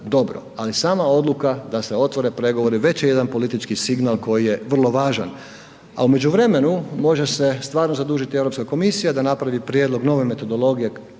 dobro, ali sama odluka da se otvore pregovori već je jedan politički signal koji je vrlo važan. A u međuvremenu može se stvarno zadužiti Europska komisija da napravi prijedlog nove metodologije